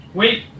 wait